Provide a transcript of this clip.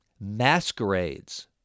masquerades